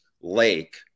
lake